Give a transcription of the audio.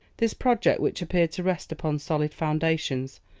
this project, which appeared to rest upon solid foundations,